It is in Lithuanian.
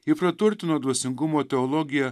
ji praturtino dvasingumo teologiją